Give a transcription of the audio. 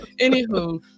Anywho